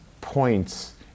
points